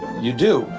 you do.